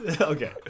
Okay